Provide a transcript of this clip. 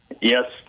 Yes